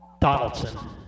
Donaldson